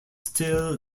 still